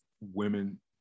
women